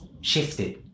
shifted